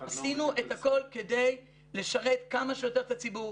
עשינו את הכול כדי לשרת כמה שיותר את הציבור,